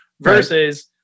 versus